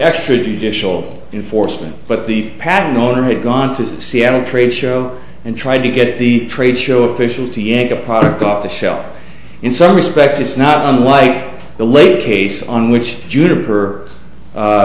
extrajudicial enforcement but the patent owner had gone to seattle trade show and tried to get the trade show officials to yank a product off the shelf in some respects it's not unlike the late case on which ju